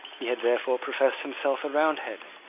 he had therefore professed himself a roundhead,